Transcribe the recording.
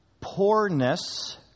poorness